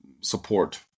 support